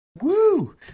Woo